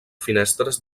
finestres